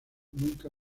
nunca